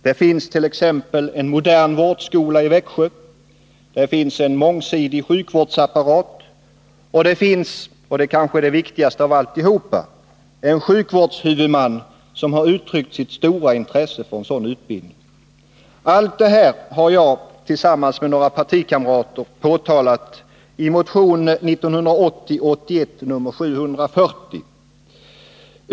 Det finns t.ex. en modern vårdskola i Växjö, en mångsidig sjukvårdsapparat och — det kanske viktigaste av allt — en sjukvårdshuvudman som har uttryckt sitt stora intresse för en sådan utbildning. Allt detta har jag tillsammans med några partikamrater påpekat i motion nr 1980/81:740.